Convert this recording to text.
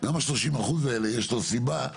גם ל-30% האלה יש סיבה.